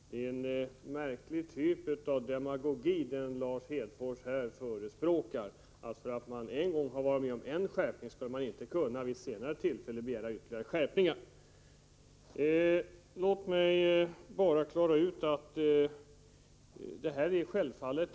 Det är en märklig typ av demagogi som Lars Hedfors här använder sig av: att man om man en gång har varit med om att genomföra en skärpning inte skulle kunna förespråka ytterligare skärpningar vid ett senare tillfälle!